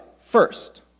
First